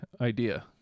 idea